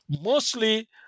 mostly